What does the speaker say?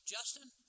Justin